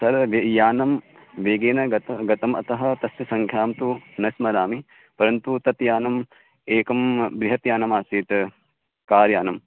तत् या यानं वेगेन गतं गतम् अतः तस्य सङ्ख्यां तु न स्मरामि परन्तु तद्यानम् एकं बृहत् यानम् आसीत् कार्यानं